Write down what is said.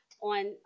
on